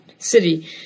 City